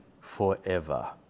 forever